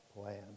plan